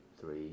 Three